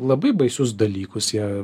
labai baisius dalykus jie